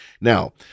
now